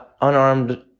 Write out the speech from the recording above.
unarmed